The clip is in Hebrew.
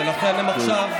ולכן הם עכשיו מתנצלים.